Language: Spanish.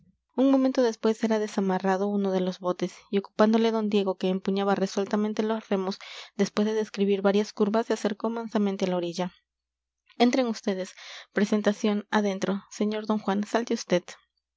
un momento después era desamarrado uno de los botes y ocupándole d diego que empuñaba resueltamente los remos después de describir varias curvas se acercó mansamente a la orilla entren vds presentación adentro señor d juan salte